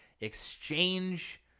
exchange